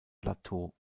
plateau